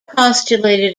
postulated